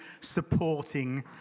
supporting